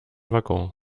waggon